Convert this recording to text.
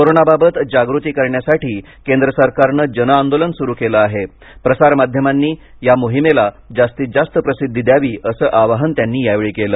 कोरोनाबाबत जागृती करण्यासाठी केंद्र सरकारनं जनआंदोलन सुरु केलं आहे प्रसारमाध्यमांनी या मोहिमेला जास्तीत जास्त प्रसिद्धी द्यावी असं आवाहन त्यांनी यावेळी केलं